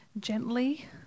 gently